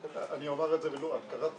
אני אומר את זה --- ולו רק בשביל